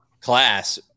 class